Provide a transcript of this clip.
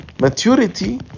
Maturity